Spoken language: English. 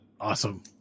Awesome